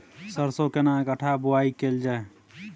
सरसो केना कट्ठा बुआई कैल जाय?